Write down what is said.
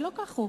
ולא כך הוא.